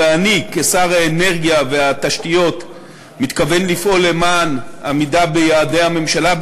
ואני כשר התשתיות והאנרגיה מתכוון לפעול למען עמידה ביעדי הממשלה,